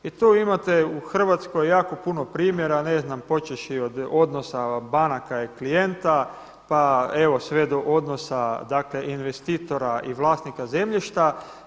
I tu imate u Hrvatskoj jako puno primjera, ne znam počevši od odnosa banaka i klijenta, pa evo sve do odnosa investitora i vlasnika zemljišta.